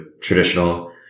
traditional